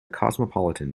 cosmopolitan